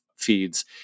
feeds